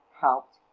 helped